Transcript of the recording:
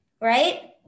Right